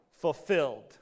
Fulfilled